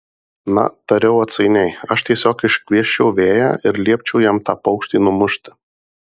na tariau atsainiai aš tiesiog iškviesčiau vėją ir liepčiau jam tą paukštį numušti